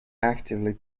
actively